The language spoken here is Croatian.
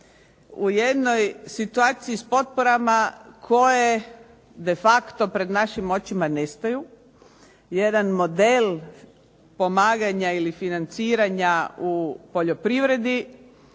u jednoj situaciji s potporama koje de facto pred našim očima nestaju. Jedan model pomaganja ili financiranja u poljoprivredi